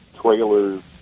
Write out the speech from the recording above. trailers